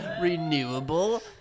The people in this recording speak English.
Renewable